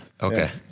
Okay